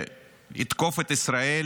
שיתקוף את ישראל